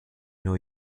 new